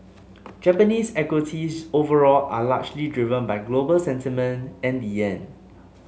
Japanese equities overall are largely driven by global sentiment and the yen